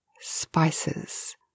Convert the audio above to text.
spices